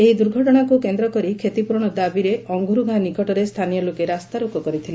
ଏହି ଦୁର୍ଘଟଶାକୁ କେନ୍ଦ୍ରକରି କ୍ଷତିପ୍ରରଣ ଦାବିରେ ଅଙ୍ଗୁରୁ ଗାଁ ନିକଟରେ ସ୍ଥାନୀୟ ଲୋକେ ରାସ୍ତାରୋକ କରିଥିଲେ